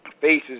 faces